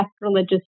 religious